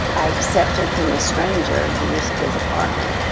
accepted from a stranger the use of his apartment.